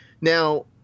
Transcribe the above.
now